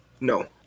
No